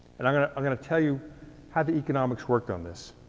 and i'm gonna i'm gonna tell you how the economics worked on this.